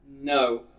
No